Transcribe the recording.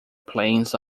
planes